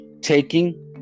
taking